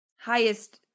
highest